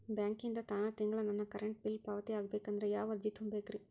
ಬ್ಯಾಂಕಿಂದ ತಾನ ತಿಂಗಳಾ ನನ್ನ ಕರೆಂಟ್ ಬಿಲ್ ಪಾವತಿ ಆಗ್ಬೇಕಂದ್ರ ಯಾವ ಅರ್ಜಿ ತುಂಬೇಕ್ರಿ?